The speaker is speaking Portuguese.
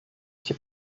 aqui